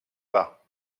pas